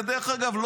דרך אגב,